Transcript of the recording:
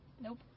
nope